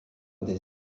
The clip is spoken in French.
des